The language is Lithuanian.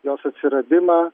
jos atsiradimą